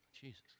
Jesus